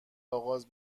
آغاز